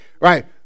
Right